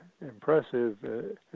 impressive